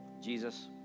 Jesus